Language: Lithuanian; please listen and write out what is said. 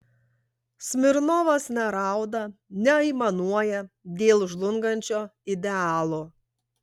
smirnovas nerauda neaimanuoja dėl žlungančio idealo